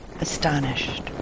astonished